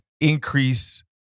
increase